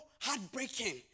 heartbreaking